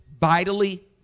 vitally